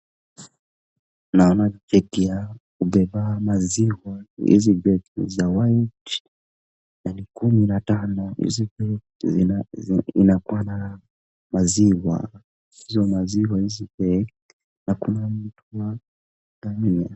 Naona jekia ya kubeba maziwa hizi crates za white na ni kumi na tano hizi crates zinakuwa na maziwa. Hizo maziwa hizi crates na kuna mtu wa ndani.